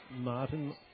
Martin